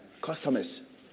customers